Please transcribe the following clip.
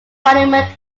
parliament